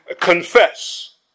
confess